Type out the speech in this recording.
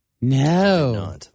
No